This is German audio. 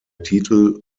titel